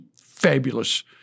fabulous